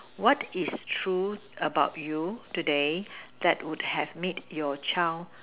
what is true about you today that would have made your child